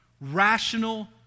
rational